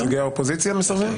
נציגי האופוזיציה מסרבים?